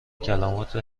کلمات